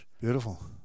Beautiful